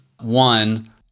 one